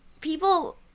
people –